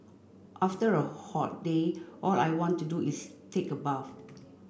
after a hot day all I want to do is take a bath